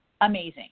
amazing